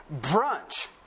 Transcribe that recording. brunch